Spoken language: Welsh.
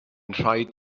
rhaid